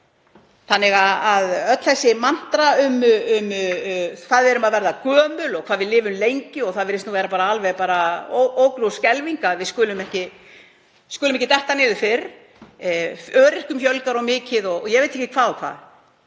þjóðarinnar. Öll þessi „mantra“ um hvað við erum að verða gömul og hvað við lifum lengi, það virðist vera alveg ógn og skelfing að við skulum ekki detta niður fyrr, öryrkjum fjölgar mikið og ég veit ekki hvað og hvað